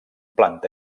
planta